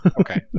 Okay